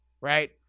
right